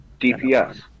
DPS